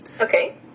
Okay